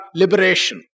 liberation